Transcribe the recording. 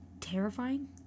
terrifying